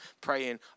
Praying